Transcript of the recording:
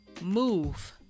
move